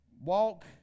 Walk